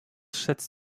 schätzt